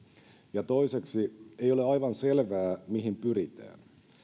toiseksi ei ole aivan selvää mihin pyritään